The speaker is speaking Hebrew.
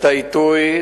את העיתוי,